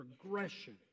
progression